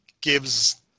gives